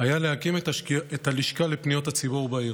היה להקים את הלשכה לפניות הציבור בעיר.